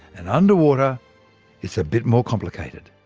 and underwater it's a bit more complicated.